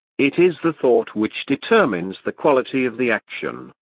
it is the thought which determines the quality of the action,